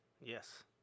Yes